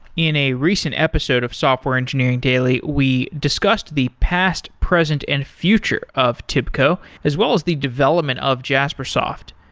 in a recent episode of software engineering daily, we discussed the past, present and future of tibco, as well as the development of jaspersoft.